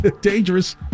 Dangerous